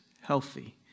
Healthy